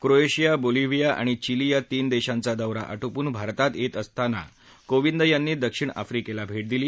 Croatia Bolivia आणि Chile या तीन देशांचा दौरा आटोपून भारतात येत असताना कोविद यांनी दक्षिण आफ्रिकेला भेट दिली